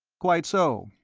quite so.